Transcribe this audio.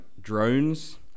drones